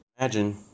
Imagine